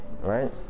right